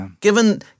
Given